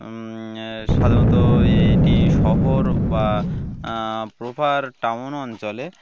সাধারণত এটি শহর বা প্রপার টাউন অঞ্চলে